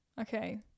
okay